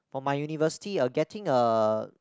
for my university uh getting a